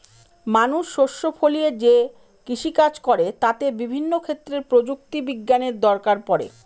মানুষ শস্য ফলিয়ে যে কৃষিকাজ করে তাতে বিভিন্ন ক্ষেত্রে প্রযুক্তি বিজ্ঞানের দরকার পড়ে